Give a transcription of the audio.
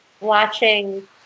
watching